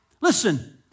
listen